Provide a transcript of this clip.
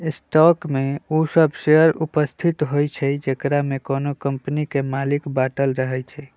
stock में उ सभ शेयर उपस्थित होइ छइ जेकरामे कोनो कम्पनी के मालिक बाटल रहै छइ